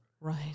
Right